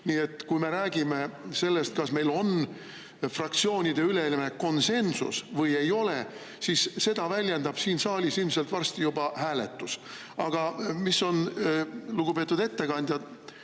Nii et kui me räägime sellest, kas meil on fraktsioonideülene konsensus või ei ole, siis seda väljendab siin saalis ilmselt juba varsti [toimuv] hääletus. Aga mis on lugupeetud ettekandja